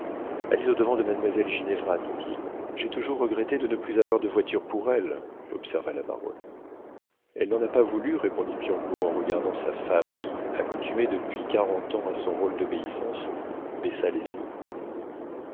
au-devant de mademoiselle ginevra dit-il j'ai toujours regretté de ne plus avoir de voiture pour elle observa la baronne elle n'en a pas voulu répondit piombo en regardant sa femme qui accoutumée depuis quarante ans à son rôle d'obéissance baissa les yeux